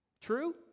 True